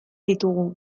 ditugu